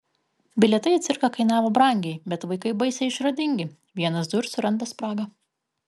bilietai į cirką kainavo brangiai bet vaikai baisiai išradingi vienas du ir suranda spragą